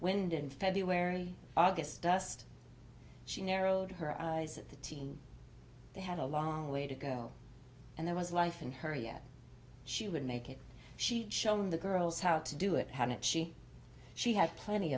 wind in february august dust she narrowed her eyes at the teen they had a long way to go and there was life in her yet she would make it she showed on the girls how to do it hadn't she she had plenty